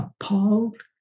appalled